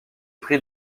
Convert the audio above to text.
pris